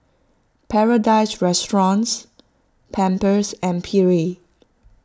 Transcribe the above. Paradise Restaurants Pampers and Perrier